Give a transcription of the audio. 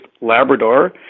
Labrador